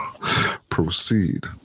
Proceed